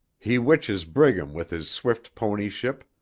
he witches brigham with his swift ponyship